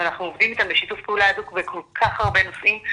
ואנחנו עובדים איתם בשיתוף פעולה הדוק בכל כך הרבה נושאים.